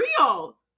real